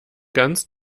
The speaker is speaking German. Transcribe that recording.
ganz